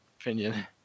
opinion